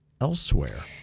elsewhere